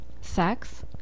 sex